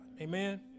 Amen